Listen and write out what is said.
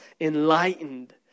enlightened